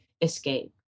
escape